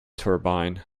turbine